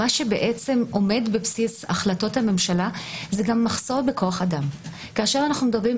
מה שבעצם עומד בבסיס החלטות הממשלה זה גם מחסור בכוח אדם ישראלי.